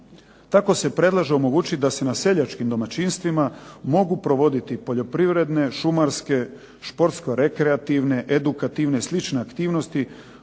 Tako se predlaže omogućit da se na seljačkim domaćinstvima mogu provoditi poljoprivredne, šumarske, športsko-rekreativne, edukativne i slične aktivnosti